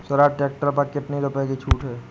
Swaraj tractor पर कितनी रुपये की छूट है?